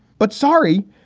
but sorry,